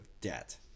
debt